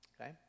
okay